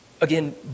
Again